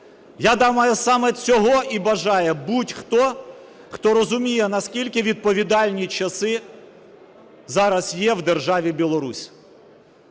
Я думаю, саме цього і бажає будь-хто, хто розуміє наскільки відповідальні часи зараз є в державі Білорусь.